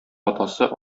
атасы